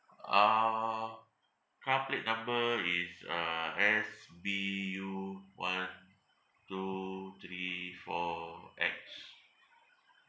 uh car plate number is uh S P U one two three four X